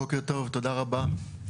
בוקר טוב, תודה רבה.